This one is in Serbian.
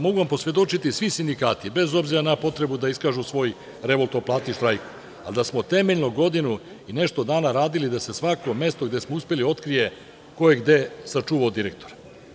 Mogu vam posvedočiti, svi sindikati, bez obzira na potrebu da iskažu svoj revolt o plati i štrajk, ali da smo temeljno godinu i nešto dana radili da se svako mesto gde smo uspeli otkrije ko je gde sačuvao direktora.